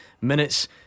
minutes